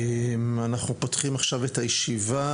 אנחנו פותחים עכשיו את הישיבה.